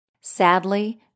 Sadly